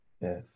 Yes